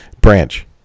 Branch